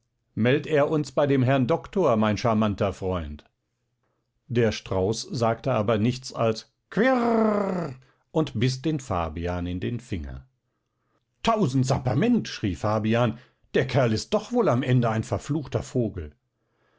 meld er uns bei dem herrn doktor mein scharmanter freund der strauß sagte aber nichts als quirrrr und biß den fabian in den finger tausend sapperment schrie fabian der kerl ist doch wohl am ende ein verfluchter vogel